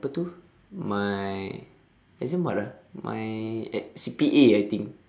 apa itu my exam what ah my at C_P_A I think